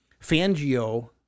Fangio